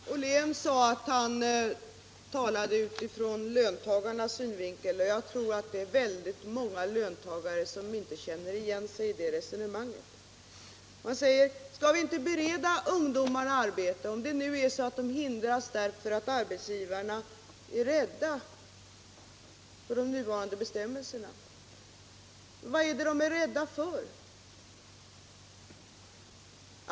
Herr talman! Joakim Ollén sade att han talade om problemet ur löntagarnas synvinkel. Jag tror att det är väldigt många löntagare som inte känner igen sig i det resonemanget. Han säger: Skall vi inte bereda ungdomarna arbete om det nu är så att detta hindras därför att arbetsgivarna är rädda för de nuvarande bestämmelserna? Men vad är det de är rädda för?